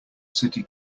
city